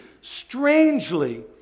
strangely